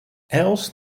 els